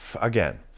again